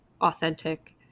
authentic